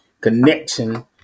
connection